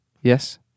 Yes